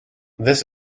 this